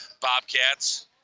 Bobcats